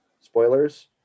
spoilers